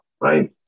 right